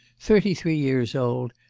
thirty-three years old,